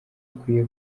akwiye